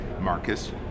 marcus